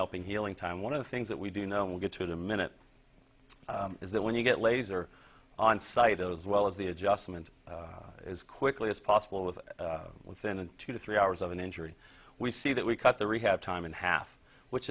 helping healing time one of the things that we do know will get to the minute is that when you get laser on site as well as the adjustment as quickly as possible with within two to three hours of an injury we see that we cut the rehab time in half which